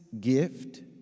gift